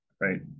right